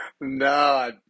No